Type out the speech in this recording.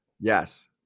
Yes